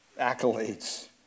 accolades